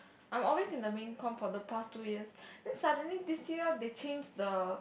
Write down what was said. I'm always in the main comm for the past two years then suddenly this year they change the